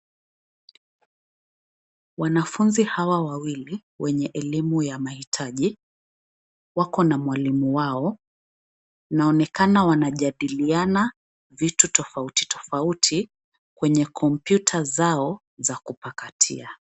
Wanafunzi hawa wawili wenye elimu ya mahitaji, wako na mwalimu wao. Inaonekana wanajadiliana vitu tofauti tofauti kwenye kompyuta zao za kupakatia.